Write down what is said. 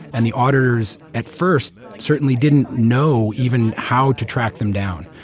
and the auditors at first certainly didn't know even how to track them down.